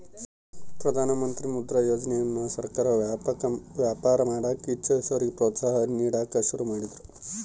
ಪ್ರಧಾನಮಂತ್ರಿ ಮುದ್ರಾ ಯೋಜನೆಯನ್ನ ಸರ್ಕಾರ ವ್ಯಾಪಾರ ಮಾಡಕ ಇಚ್ಚಿಸೋರಿಗೆ ಪ್ರೋತ್ಸಾಹ ನೀಡಕ ಶುರು ಮಾಡಿದ್ರು